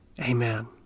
Amen